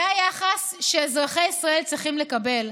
זה היחס שאזרחי ישראל צריכים לקבל.